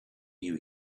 you